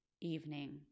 evening